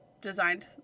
designed